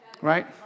Right